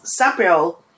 Sabriel